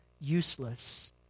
useless